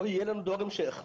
לא יהיה לנו דור המשך.